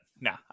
no